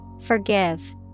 Forgive